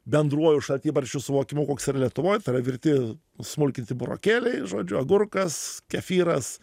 bendruoju šaltibarščių suvokimu koks yra lietuvoj tai yra virti smulkinti burokėliai žodžiu agurkas kefyras